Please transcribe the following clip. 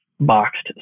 boxed